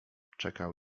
czekał